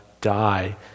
die